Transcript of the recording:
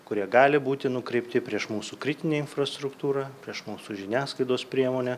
kurie gali būti nukreipti prieš mūsų kritinę infrastruktūrą prieš mūsų žiniasklaidos priemonę